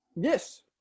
Yes